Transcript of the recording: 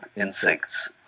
insects